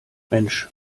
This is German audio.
mensch